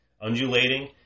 Undulating